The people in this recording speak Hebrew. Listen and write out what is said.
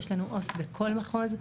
יש לנו עו"ס בכל מחוז.